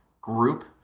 group